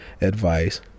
advice